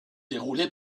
déroulée